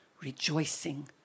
rejoicing